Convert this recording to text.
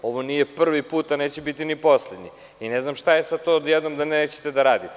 Ovo nije prvi put, a neće biti ni poslednji i ne znam šta je sad to odjednom da nećete da radite.